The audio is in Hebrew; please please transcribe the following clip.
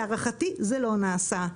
להערכתי, זה לא נעשה.